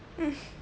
mm